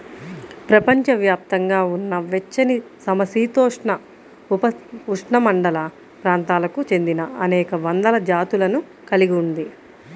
ప్రపంచవ్యాప్తంగా ఉన్న వెచ్చనిసమశీతోష్ణ, ఉపఉష్ణమండల ప్రాంతాలకు చెందినఅనేక వందల జాతులను కలిగి ఉంది